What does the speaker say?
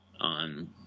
on